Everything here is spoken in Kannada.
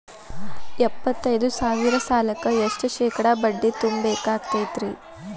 ಎಪ್ಪತ್ತೈದು ಸಾವಿರ ಸಾಲಕ್ಕ ಎಷ್ಟ ಶೇಕಡಾ ಬಡ್ಡಿ ತುಂಬ ಬೇಕಾಕ್ತೈತ್ರಿ?